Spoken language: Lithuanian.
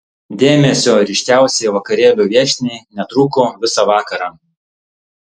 dėmesio ryškiausiai vakarėlio viešniai netrūko visą vakarą